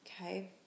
okay